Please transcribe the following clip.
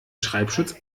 schreibschutz